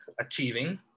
achieving